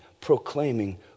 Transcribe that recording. proclaiming